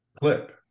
clip